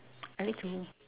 I like to